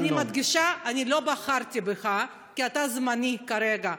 אני מדגישה: אני לא בחרתי בך, כי אתה זמני כרגע.